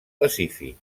pacífic